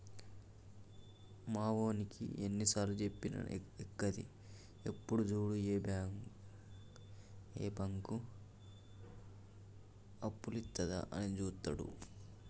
మావోనికి ఎన్నిసార్లుజెప్పినా ఎక్కది, ఎప్పుడు జూడు ఏ బాంకు అప్పులిత్తదా అని జూత్తడు